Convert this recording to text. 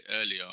earlier